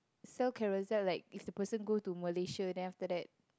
sell Carousell like if the person go to Malaysia then after